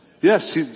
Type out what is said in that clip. Yes